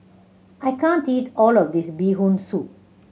I can't eat all of this Bee Hoon Soup